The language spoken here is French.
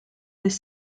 des